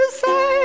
say